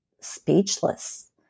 speechless